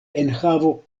enhavo